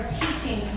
teaching